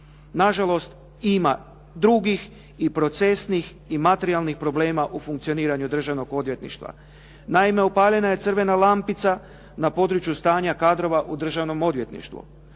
Na žalost, ima drugih i procesnih i materijalnih problema u funkcioniranju državnog odvjetništva. Naime, upaljena je crvena lampica na području stanja kadrova u državnom odvjetništvu.